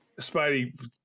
Spidey